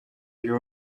you